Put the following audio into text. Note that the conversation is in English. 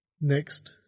Next